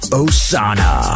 osana